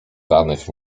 danych